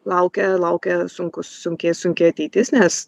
laukia laukia sunkus sunki sunki ateitis nes